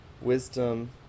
wisdom